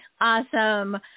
Awesome